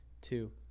two